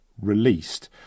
released